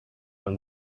from